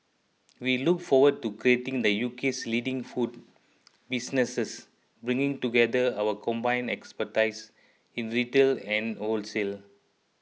we look forward to creating the U K' s leading food businesses bringing together our combined expertise in retail and wholesale